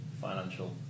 financial